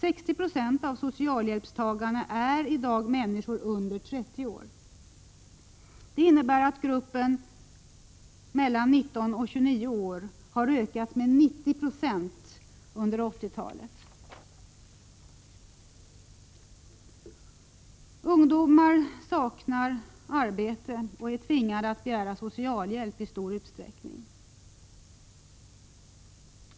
60 96 av socialhjälpstagarna är människor under 30 år. Det innebär att gruppen mellan 19 och 29 år har ökat med 90 96 under 1980-talet. Ungdomar saknar arbete och är tvingade att begära socialhjälp i stor utsträckning.